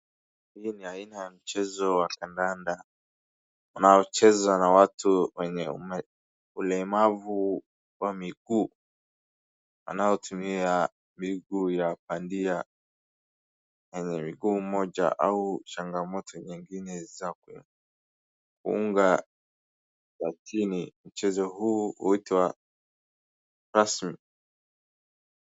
Hii ni aina a mchezo wa kandanda, unao chezwa na watu wenye ulemavu wa miguu. Wanao tumia miguu ya bandia, yenye miguu moja au changamoto nyingine zaunga. Mchezo huu huitwa rasm.